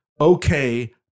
okay